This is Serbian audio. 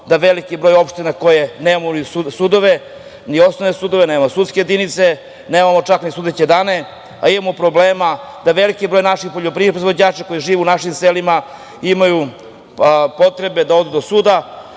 da veliki broj opština, koje nemaju sudove, ni osnovne sudove, nemaju sudske jedinice, nemamo čak ni sudeće dane, a imamo problema da veliki broj naših poljoprivrednih proizvođača, koji žive u našim selima, imaju potrebe da odu do suda. To